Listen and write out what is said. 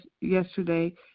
yesterday